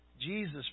Jesus